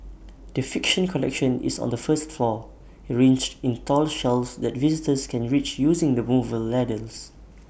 the fiction collection is on the first floor arranged in tall shelves that visitors can reach using the movable ladders